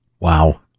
Wow